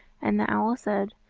and the owl said,